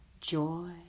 joy